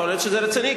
יכול להיות שזה רציני,